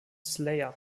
slayer